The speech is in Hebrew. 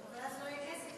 אבל אז לא יהיה כסף,